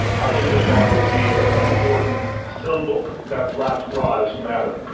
i think that that would be an important symbol that black lives matter.